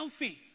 selfie